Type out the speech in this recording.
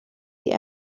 die